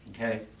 okay